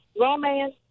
romance